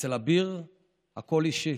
אצל אביר הכול אישי.